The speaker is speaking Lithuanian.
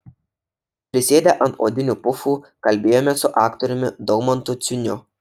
prisėdę ant odinių pufų kalbėjomės su aktoriumi daumantu ciuniu